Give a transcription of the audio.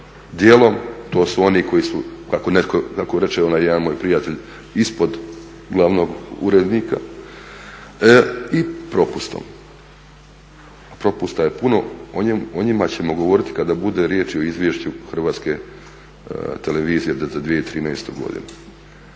djelom to su oni koji su, kako reče onaj jedan moj prijatelj ispod glavnog urednika i propustom. A propusta je puno, o njima ćemo govoriti kada bude riječi o izvješću Hrvatske televizije za 2013.godinu.